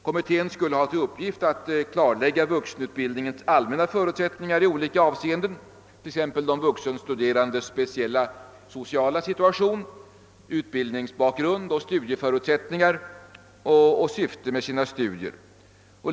Kommittén skulle ha till uppgift att klarlägga vuxenutbildningens allmänna förutsättningar i olika avseenden, t.ex. de vuxenstuderandes speciella sociala situation, utbildningsbakgrund, studieförutsättningar och syfte med studierna.